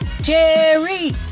Jerry